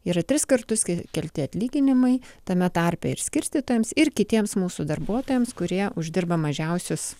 yra tris kartus kai kelti atlyginimai tame tarpe ir skirstytojams ir kitiems mūsų darbuotojams kurie uždirba mažiausius